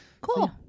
Cool